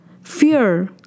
fear